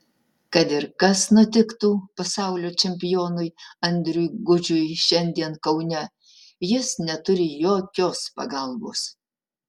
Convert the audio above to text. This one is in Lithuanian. kad ir kas nutiktų pasaulio čempionui andriui gudžiui šiandien kaune jis neturi jokios pagalbos